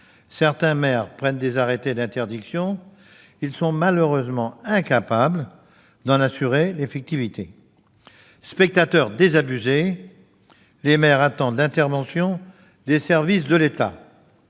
certains maires prennent des arrêtés d'interdiction, ils sont malheureusement incapables d'en assurer l'effectivité. Spectateurs désabusés, les maires attendent l'intervention des services de l'État.